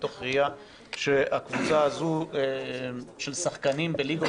מתוך ראייה שהקבוצה הזאת של שחקנים בליגות